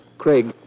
Craig